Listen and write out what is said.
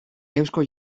eusko